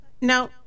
now